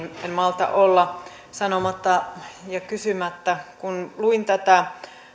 en malta olla sanomatta ja kysymättä kun luin tätä